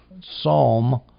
Psalm